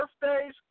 birthdays